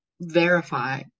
verify